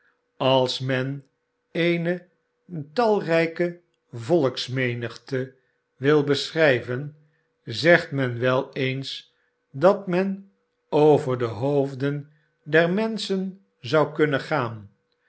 als men eene talrijke volksmenigte wil beschrijven zegt men wel eens dat men over dehoofden dermenschen zou kunnen gaan